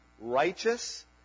righteous